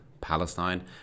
Palestine